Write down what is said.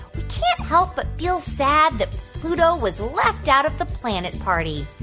we can't help but feel sad that pluto was left out of the planet party.